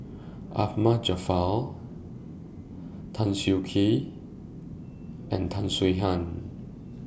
Ahmad Jaafar Tan Siak Kew and Tan Swie Hian